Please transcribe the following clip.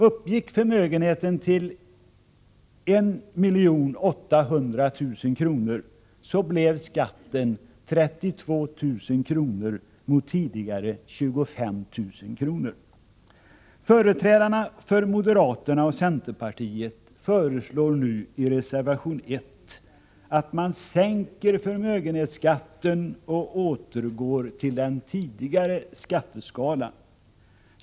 Uppgick förmögenheten till 1 800 000 kr. blev skatten 32 000 kr. mot tidigare 25 000 kr. Företrädarna för moderaterna och centerpartiet föreslår nu i reservation 1 att man sänker förmögenhetsskatten och återgår till den tidigare skatteskalan.